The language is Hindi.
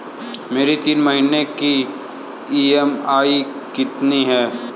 मेरी तीन महीने की ईएमआई कितनी है?